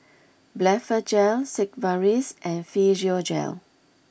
Blephagel Sigvaris and Physiogel